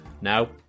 Now